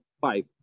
five